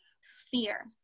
sphere